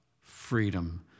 Freedom